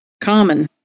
common